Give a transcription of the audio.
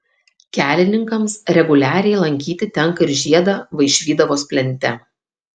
kelininkams reguliariai lankyti tenka ir žiedą vaišvydavos plente